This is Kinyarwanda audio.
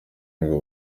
ngo